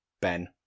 Ben